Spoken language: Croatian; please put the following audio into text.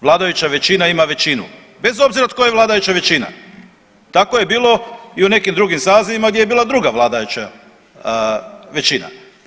Vladajuća većina ima većinu, bez obzira tko je vladajuća većina, tako je bilo i u nekim drugim sazivima gdje bila druga vladajuća većina.